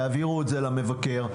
תעבירו את זה למבקר.